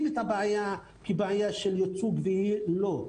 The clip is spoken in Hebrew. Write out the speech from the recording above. את הבעיה כבעיה של ייצוג והיא לא כזו.